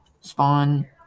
Spawn